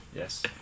Yes